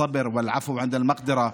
סבלנות ומחילה מתוך עמדת כוח.